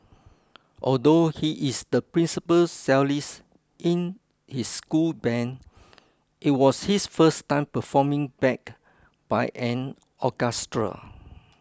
although he is the principal cellist in his school band it was his first time performing backed by an orchestra